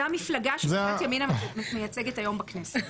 זו המפלגה שסיעת ימנה מייצגת היום בכנסת.